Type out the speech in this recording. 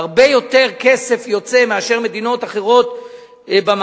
הרבה יותר כסף יוצא מאשר במדינות אחרות במערב,